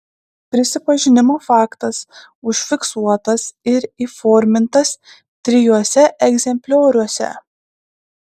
prisipažinimo faktas užfiksuotas ir įformintas trijuose egzemplioriuose